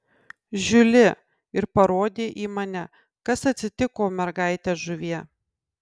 žiuli ir parodė į mane kas atsitiko mergaite žuvie